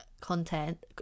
content